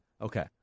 Okay